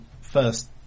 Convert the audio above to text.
first